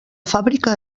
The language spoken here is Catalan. fàbrica